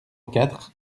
quatre